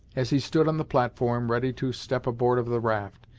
as he stood on the platform, ready to step aboard of the raft,